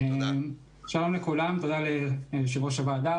שלום לכולם ותודה ליושב-ראש הוועדה,